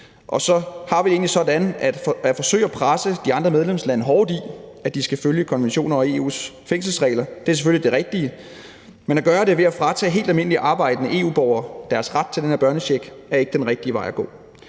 andet har vi det egentlig sådan, at det at forsøge at presse de andre medlemslande hårdt, i forhold til de skal følge konventionerne og EU's fængselsregler, selvfølgelig er det rigtige – men at gøre det ved at fratage helt almindelige arbejdende EU-borgere deres ret til den her børnecheck er ikke den rigtige vej at gå.